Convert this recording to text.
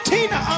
Tina